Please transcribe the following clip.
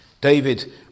david